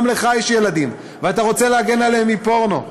גם לך יש ילדים, ואתה רוצה להגן עליהם מפורנו.